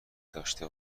داشته